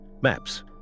maps